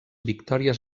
victòries